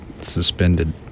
suspended